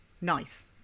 nice